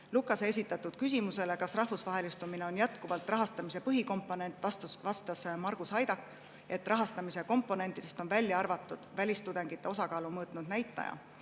esitatud küsimusele, kas rahvusvahelistumine on jätkuvalt rahastamise põhikomponent, vastas Margus Haidak, et rahastamise komponentidest on välja arvatud välistudengite osakaalu mõõtnud näitaja.